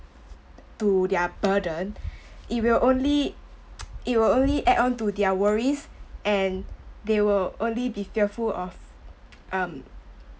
to their burden it will only it will only add on to their worries and they will only be fearful of um